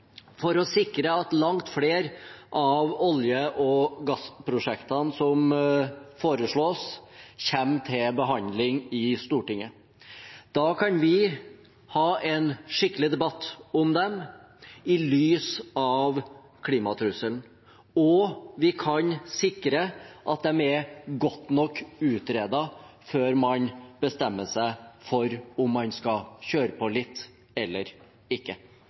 for å sikre at langt flere av olje- og gassprosjektene som foreslås, kommer til behandling i Stortinget. Da kan vi ha en skikkelig debatt om dem i lys av klimatrusselen, og vi kan sikre at de er godt nok utredet før man bestemmer seg for om man skal kjøre på litt eller ikke.